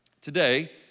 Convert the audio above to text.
Today